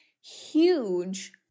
huge